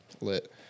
Lit